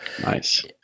nice